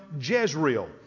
Jezreel